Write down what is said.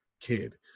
kid